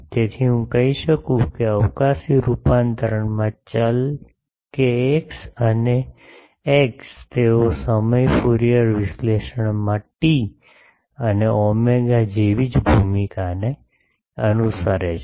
તેથી હું કહી શકું છું કે અવકાશી રૂપાંતરમાં ચલ કેએક્સ અને એક્સ તેઓ સમય ફ્યુરિયર વિશ્લેષણમાં t અને ઓમેગા જેવી જ ભૂમિકાને અનુસરે છે